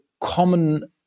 common